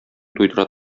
туйдыра